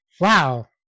Wow